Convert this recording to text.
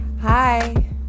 Hi